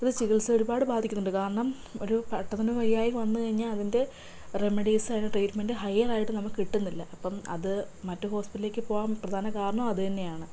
ഒരു ചികിത്സ ഒരുപാട് ബാധിക്കുന്നുണ്ട് കാരണം ഒരു പെട്ടെന്നൊരു വയ്യായിക വന്നു കഴിഞ്ഞാൽ അതിൻ്റെ റെമഡീസ് അതിന് ഒരു ട്രീറ്റ്മെൻ്റ് ഹൈയ്യർ ആയിട്ട് നമുക്ക് കിട്ടുന്നില്ല അപ്പം അത് മറ്റ് ഹോസ്പിറ്റലിലേക്ക് പോകാൻ പ്രധാന കാരണം അതു തന്നെയാണ്